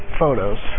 photos